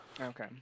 Okay